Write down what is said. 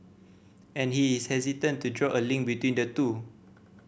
and he is hesitant to draw a link between the two